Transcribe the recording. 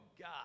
God